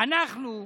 אנחנו,